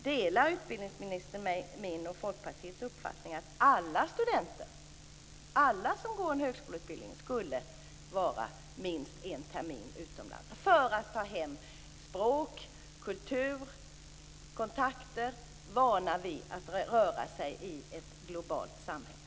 Delar utbildningsministern min och Folkpartiets uppfattning att alla studenter, alla som går en högskoleutbildning, skulle vara minst en termin utomlands - för att ta hem språk, kultur, kontakter och vana vid att röra sig i ett globalt samhälle?